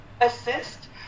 assist